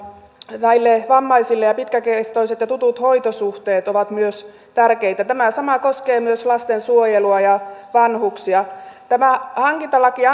näille vammaisille ja pitkäkestoiset ja tutut hoitosuhteet ovat myös tärkeitä tämä sama koskee myös lastensuojelua ja vanhuksia tämä hankintalaki